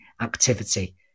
activity